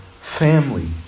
family